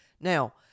now